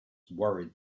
worried